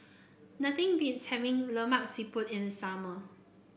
nothing beats having Lemak Siput in the summer